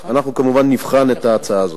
כמובן נבחן את ההצעה הזאת.